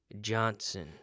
Johnson